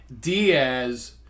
Diaz